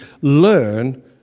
learn